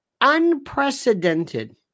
unprecedented